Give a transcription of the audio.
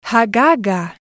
Hagaga